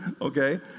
okay